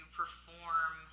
perform